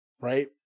right